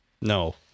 No